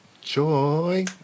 joy